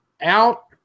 out